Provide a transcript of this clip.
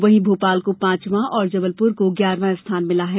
वहीं भोपाल को पांचवां और जबलपुर को ग्यारवां स्थान मिला है